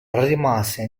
rimase